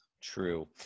True